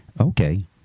Okay